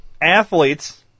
athletes